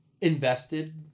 invested